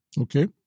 Okay